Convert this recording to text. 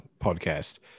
podcast